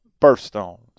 birthstones